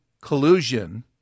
collusion